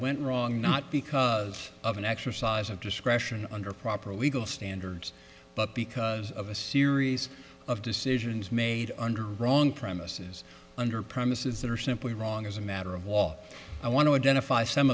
went wrong not because of an exercise of discretion under proper legal standards but because of a series of decisions made under wrong premises under premises that are simply wrong as a matter of